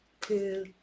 two